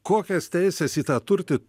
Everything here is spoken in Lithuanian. kokias teises į tą turti